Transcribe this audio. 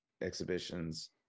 exhibitions